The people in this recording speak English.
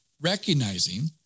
recognizing